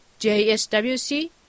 JSWC